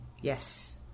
Yes